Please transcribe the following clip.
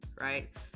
right